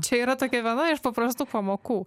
čia yra tokia viena iš paprastų pamokų